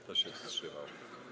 Kto się wstrzymał?